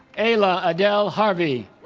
ayla adell harvey